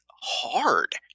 hard